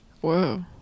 whoa